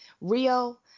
Rio